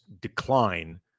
decline